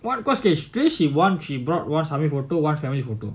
one cause K yesterday she want she brought one sami photo one family photo